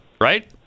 right